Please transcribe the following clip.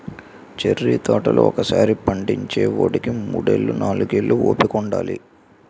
cherry తోటలు ఒకసారి పండించేవోడికి మూడేళ్ళు, నాలుగేళ్ళు ఓపిక ఉండాలిరా